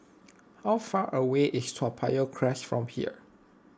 how far away is Toa Payoh Crest from here